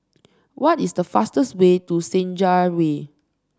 what is the fastest way to Senja Way